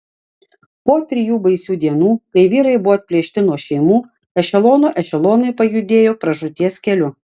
po trijų baisių dienų kai vyrai buvo atplėšti nuo šeimų ešelonų ešelonai pajudėjo pražūties keliu